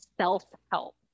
self-help